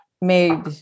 made